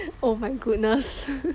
oh my goodness